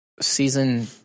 season